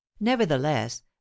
nevertheless